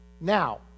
Now